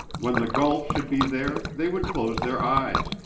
when the gulf should be there they would close their eyes,